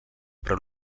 però